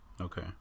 Okay